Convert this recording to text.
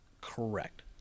Correct